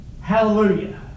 Hallelujah